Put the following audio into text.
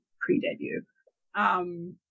pre-debut